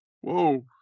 Whoa